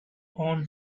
own